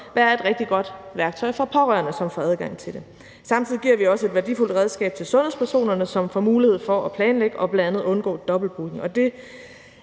være et rigtig godt værktøj for pårørende, som får adgang til det. Samtidig giver vi også et værdifuldt redskab til sundhedspersonerne, som får mulighed for at planlægge og bl.a. undgå dobbeltbooking.